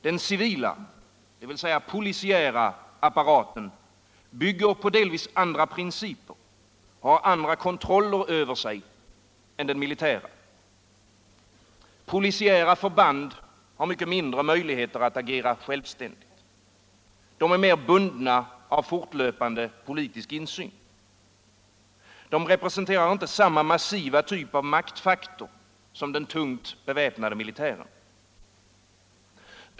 Den civila — dvs. polisiära — apparaten bygger på delvis andra principer och har andra kontroller över sig än den militära. Polisiära förband har mindre möjligheter att agera självständigt. De är mer bundna av fortlöpande politisk insyn. De representerar inte samma massiva typ av maktfaktor som den tungt beväpnade militären.